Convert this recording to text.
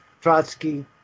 Trotsky